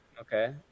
Okay